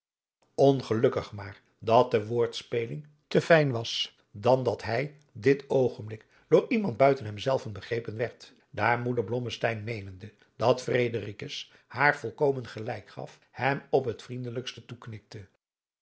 ongelukkig maar dat de woordspeling te sijn was dan dat hij dit oogenblik door iemand buiten hem zelven begrepen werd daar moeder blommesteyn meenende dat fredericus haar volkomen gelijk gaf hem op het vriendelijkste toeknikte